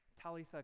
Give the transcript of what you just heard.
Talitha